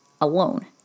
alone